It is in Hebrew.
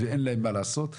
ואין להם מה לעשות.